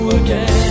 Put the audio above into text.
again